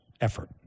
effort